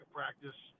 practice